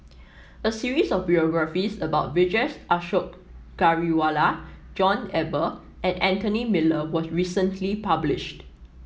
a series of biographies about Vijesh Ashok Ghariwala John Eber and Anthony Miller was recently published